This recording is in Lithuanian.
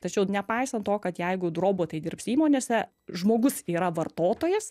tačiau nepaisant to kad jeigu robotai dirbs įmonėse žmogus yra vartotojas